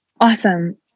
Awesome